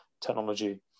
technology